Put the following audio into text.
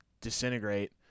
disintegrate